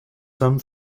some